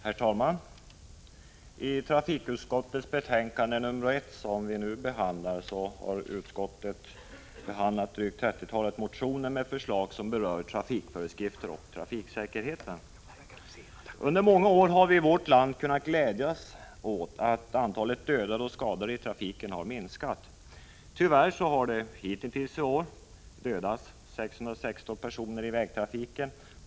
Herr talman! I trafikutskottets betänkande 1, som vi nu debatterar, har utskottet behandlat ett drygt trettiotal motioner med förslag som berör trafikföreskrifter och trafiksäkerhet. Under många år har vi i vårt land kunnat glädja oss åt att antalet dödade och skadade i trafiken har minskat. Tyvärr har det hittills i år dödats 616 i vägtrafiken.